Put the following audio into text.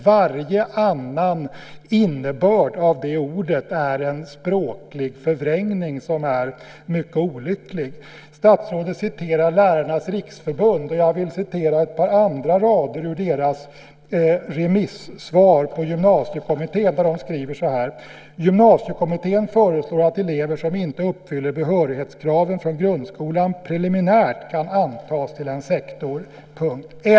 Varje annan innebörd av det ordet är en språklig förvrängning som är mycket olycklig. Statsrådet citerar Lärarnas Riksförbund. Jag vill läsa ett par andra rader ur deras remissvar på Gymnasiekommittén. De skriver så här: Gymnasiekommittén föreslår att elever som inte uppfyller behörighetskraven från grundskolan preliminärt kan antas till en sektor.